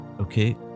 okay